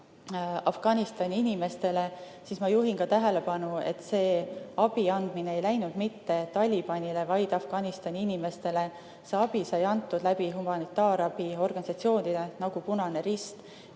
Afganistani inimestele, siis ma juhin tähelepanu, et see abi ei läinud mitte Talibanile, vaid Afganistani inimestele. See abi sai antud humanitaarabiorganisatsioonide kaudu, nagu Punane Rist,